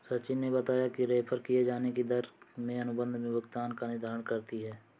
सचिन ने बताया कि रेफेर किये जाने की दर में अनुबंध में भुगतान का निर्धारण करती है